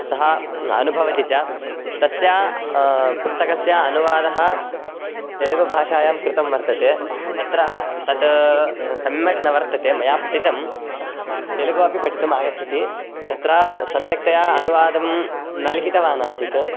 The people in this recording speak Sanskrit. सः अनुभवति च तस्य पुस्तकस्य अनुवादः तेलुगुभाषायां कृतं वर्तते तत्र तत् सम्यक् न वर्तते मया पठितं तेलुगु अपि पठितुम् आगच्छति तत्र सम्यक्तया अनुवादं न लिखितवान् आसीत्